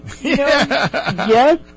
yes